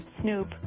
Snoop